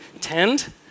tend